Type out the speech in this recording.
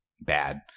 bad